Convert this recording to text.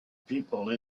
people